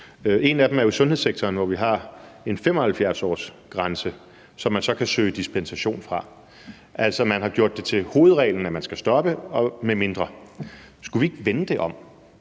En af dem er jo i sundhedssektoren, hvor vi har en 75-årsgrænse, som man så kan søge dispensation fra. Altså, man har gjort det til hovedreglen, at man skal stoppe, medmindre man får dispensation. Skulle vi ikke vende det om,